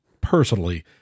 personally